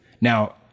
now